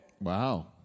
Wow